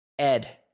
Ed